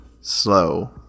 slow